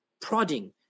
prodding